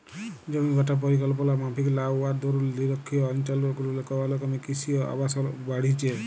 জমিবাঁটা পরিকল্পলা মাফিক লা হউয়ার দরুল লিরখ্খিয় অলচলগুলারলে বল ক্যমে কিসি অ আবাসল বাইড়হেছে